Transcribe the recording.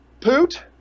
Poot